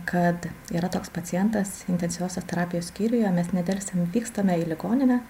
kad yra toks pacientas intensyviosios terapijos skyriuje mes nedelsiant vykstame į ligoninę